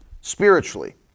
spiritually